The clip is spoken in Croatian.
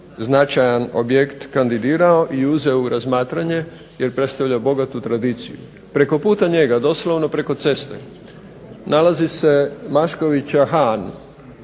značajan objekt kandidirao i uzeo u razmatranje jer predstavlja bogatu tradiciju. Preko puta njega, doslovno preko ceste, nalazi se Maškovića Han,